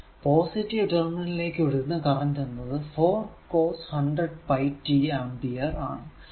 positive terminal ലേക്ക് ഒഴുകുന്ന current എന്നത് 4 cos 100πt ആംപിയർ ആണ്